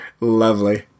lovely